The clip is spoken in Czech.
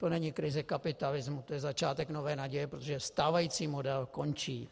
To není krize kapitalismu, to je začátek nové naděje, protože stávající model končí.